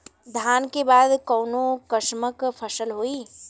धान के बाद कऊन कसमक फसल होई?